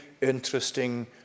interesting